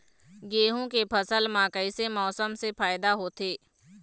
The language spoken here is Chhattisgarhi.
गेहूं के फसल म कइसे मौसम से फायदा होथे?